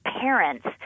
parents